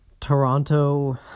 Toronto